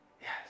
Yes